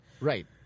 Right